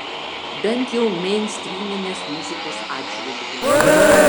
bent jau meinstryminės muzikos atžvilgiu